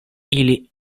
ili